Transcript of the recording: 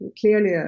clearly